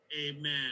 amen